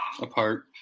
apart